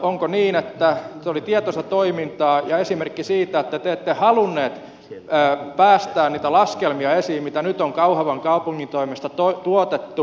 onko niin että se oli tietoista toimintaa ja esimerkki siitä että te ette halunneet päästää niitä laskelmia esiin mitä nyt on kauhavan kaupungin toimesta tuotettu